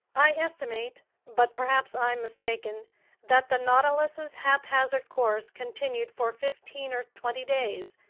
i estimate but perhaps i'm mistaken that the nautilus's haphazard course continued for fifteen or twenty days,